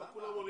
למה?